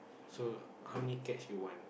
so how many cats you want